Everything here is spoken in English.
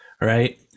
Right